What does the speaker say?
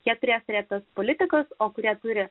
jie prie retas politikas o kurie turi